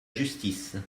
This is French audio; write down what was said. justice